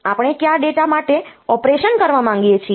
આપણે કયા ડેટા માટે ઑપરેશન કરવાં માંગીએ છીએ